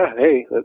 hey